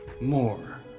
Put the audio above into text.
more